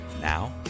Now